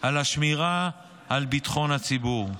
על השמירה על ביטחון הציבור.